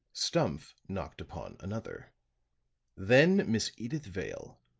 stumph knocked upon another then miss edyth vale,